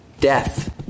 death